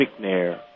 McNair